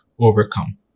overcome